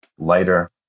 lighter